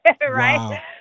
Right